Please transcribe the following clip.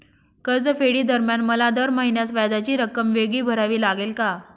कर्जफेडीदरम्यान मला दर महिन्यास व्याजाची रक्कम वेगळी भरावी लागेल का?